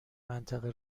منطقه